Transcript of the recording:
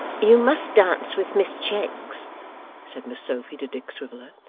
you must dance with miss cheggs said miss sophy to dick swiviller,